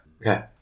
Okay